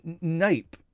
nape